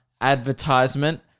advertisement